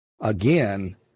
Again